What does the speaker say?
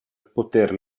poter